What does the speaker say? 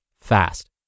fast